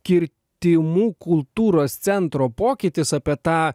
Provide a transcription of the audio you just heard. kirtimų kultūros centro pokytis apie tą